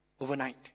overnight